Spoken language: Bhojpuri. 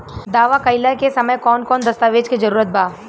दावा कईला के समय कौन कौन दस्तावेज़ के जरूरत बा?